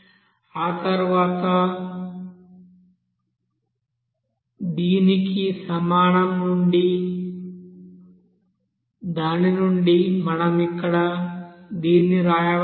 ఆ తరువాత dndt Kn20n100 కు సమానం దాని నుండి మనం ఇక్కడ dnn dn20n వ్రాయవచ్చు